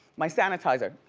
my sanitizer.